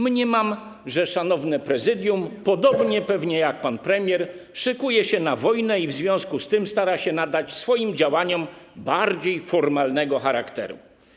Mniemam, że szanowne Prezydium, pewnie podobnie jak pan premier, szykuje się na wojnę i w związku z tym stara się nadać swoim działaniom bardziej formalnego charakteru.